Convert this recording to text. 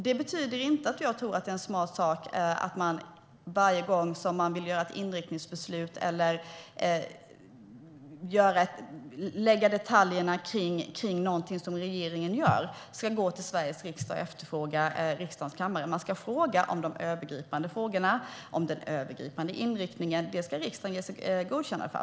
Det betyder inte att jag tror att det är en smart sak att man varje gång som man vill göra ett inriktningsbeslut eller bestämma detaljerna om någonting som regeringen gör ska gå till Sveriges riksdag och fråga riksdagens kammare. Man ska fråga om de övergripande frågorna och den övergripande inriktningen. Det ska en majoritet i riksdagen ge sitt godkännande.